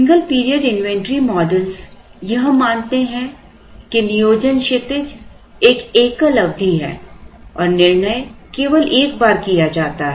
single period inventory model यह मानते हैं कि नियोजन क्षितिज एक एकल अवधि है और निर्णय केवल एक बार किया जाता है